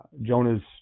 Jonah's